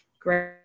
great